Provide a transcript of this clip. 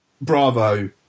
bravo